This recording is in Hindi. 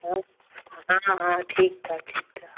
हाँ हाँ हाँ ठीक था ठीक था